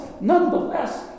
nonetheless